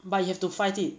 but you have to fight it